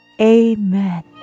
Amen